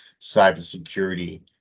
cybersecurity